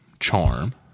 charm